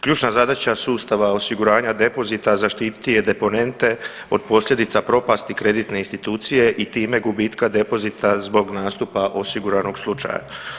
Ključna zadaća sustava osiguranja depozita zaštititi je deponente od posljedica propasti kreditne institucije i time gubitka depozita zbog nastupa osiguranog slučaja.